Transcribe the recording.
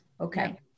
Okay